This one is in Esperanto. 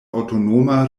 aŭtonoma